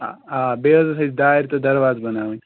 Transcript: اَ آ بیٚیہِ حظ اوس اَسہِ دارِ تہٕ درواز بناوٕنۍ